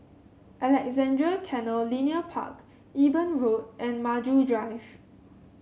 Alexandra Canal Linear Park Eben Road and Maju Drive